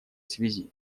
связи